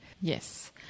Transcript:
yes